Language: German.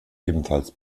ebenfalls